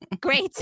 great